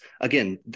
again